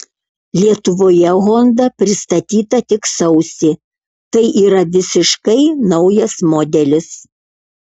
lietuvoje honda pristatyta tik sausį tai yra visiškai naujas modelis